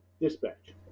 dispatch